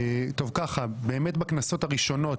בכנסות הראשונות,